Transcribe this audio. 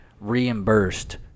reimbursed